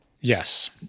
Yes